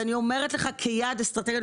אני אומרת לך כיעד אסטרטגי,